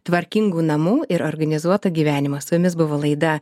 tvarkingų namų ir organizuotą gyvenimą su jumis buvo laida